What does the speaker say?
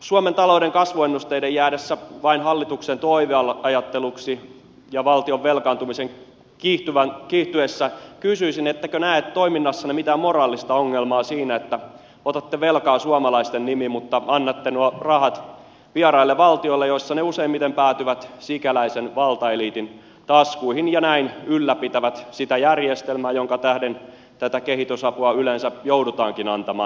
suomen talouden kasvuennusteiden jäädessä vain hallituksen toiveajatteluksi ja valtion velkaantumisen kiihtyessä kysyisin ettekö näe toiminnassanne mitään moraalista ongelmaa siinä että otatte velkaa suomalaisten nimiin mutta annatte nuo rahat vieraille valtioille joissa ne useimmiten päätyvät sikäläisen valtaeliitin taskuihin ja näin ylläpitävät sitä järjestelmää jonka tähden tätä kehitysapua yleensä joudutaankin antamaan